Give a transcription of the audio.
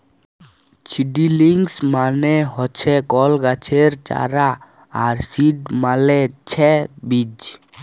seedlings মানে হচ্যে কল গাছের চারা আর সিড মালে ছে বীজ